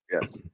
yes